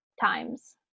times